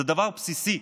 זה דבר בסיסי.